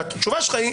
התשובה שלך היא,